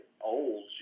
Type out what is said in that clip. old